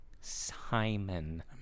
Simon